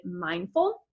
mindful